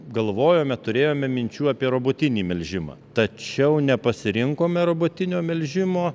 galvojome turėjome minčių apie robotinį melžimą tačiau nepasirinkome robotinio melžimo